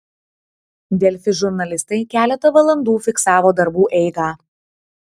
delfi žurnalistai keletą valandų fiksavo darbų eigą